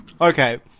Okay